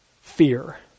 fear